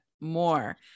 more